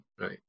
right